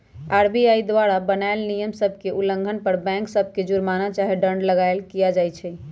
RBI द्वारा बनाएल नियम सभ के उल्लंघन पर बैंक सभ पर जुरमना चाहे दंड लगाएल किया जाइ छइ